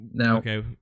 Okay